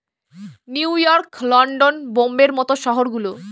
new York, London, বোম্বের মত শহর গুলো